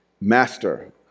Master